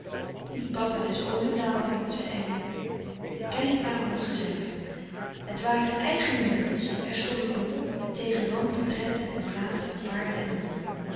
die papa is onbetaalbaar zei elly de kleine kamer was gezellig het waren eigene meubels er stonden boeken tegen den wand portretten en platen van paarden en honden